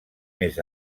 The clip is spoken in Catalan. més